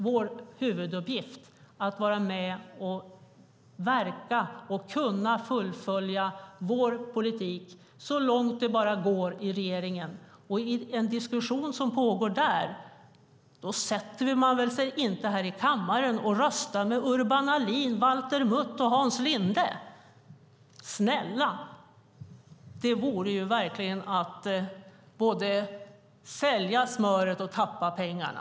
Vår huvuduppgift är att vara med och verka och fullfölja vår politik så långt det bara går i regeringen. När en diskussion pågår där sätter man väl sig inte här i kammaren och röstar med Urban Ahlin, Valter Mutt och Hans Linde. Snälla, det vore verkligen att både sälja smöret och tappa pengarna.